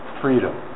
freedom